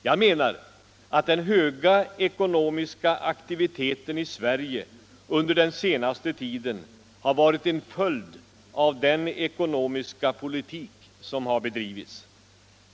Jag menar att den höga ekonomiska aktiviteten i Sverige under den senaste tiden varit en följd av den ekonomiska politik som har bedrivits.